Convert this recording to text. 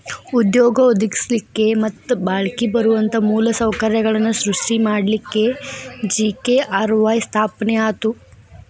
ಉದ್ಯೋಗ ಒದಗಸ್ಲಿಕ್ಕೆ ಮತ್ತ ಬಾಳ್ಕಿ ಬರುವಂತ ಮೂಲ ಸೌಕರ್ಯಗಳನ್ನ ಸೃಷ್ಟಿ ಮಾಡಲಿಕ್ಕೆ ಜಿ.ಕೆ.ಆರ್.ವಾಯ್ ಸ್ಥಾಪನೆ ಆತು